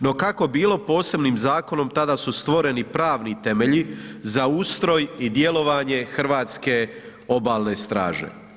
No kako bilo posebnim zakonom tada su stvoreni pravni temelji za ustroj i djelovanje Hrvatske obalne straže.